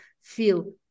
feel